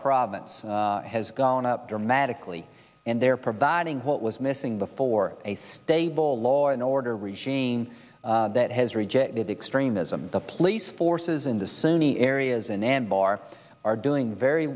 province has gone up dramatically and they're providing what was missing before a stable law and order regime that has rejected extremism the police forces in the sunni areas in anbar are doing very